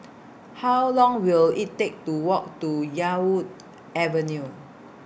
How Long Will IT Take to Walk to Yarwood Avenue